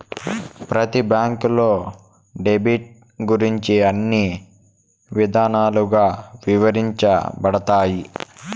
ప్రతి బ్యాంకులో డెబిట్ గురించి అన్ని విధాలుగా ఇవరించబడతాయి